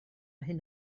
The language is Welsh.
hyn